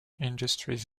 industries